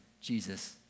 Jesus